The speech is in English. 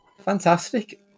Fantastic